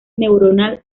neuronal